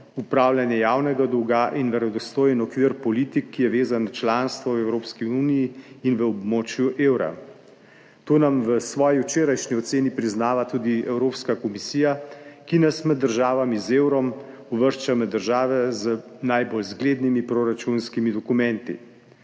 upravljanje javnega dolga in verodostojen okvir politik, ki je vezan na članstvo v Evropski uniji in v območju evra. To nam je v svoji včerajšnji oceni priznala tudi Evropska komisija, ki nas med državami z evrom uvršča med države z najbolj zglednimi proračunskimi dokumenti.